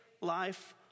life